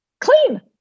clean